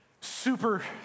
Super